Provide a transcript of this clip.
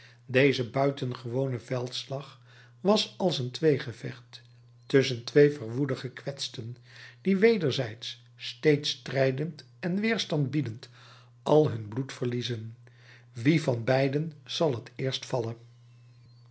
deze buitengewone veldslag was als een tweegevecht tusschen twee verwoede gekwetsten die wederzijds steeds strijdend en weerstand biedend al hun bloed verliezen wie van beiden zal het eerst vallen